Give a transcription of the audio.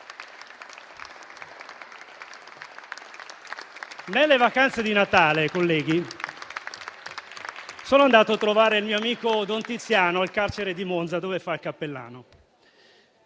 le vacanze di Natale, colleghi, sono andato a trovare il mio amico don Tiziano al carcere di Monza, dove fa il cappellano,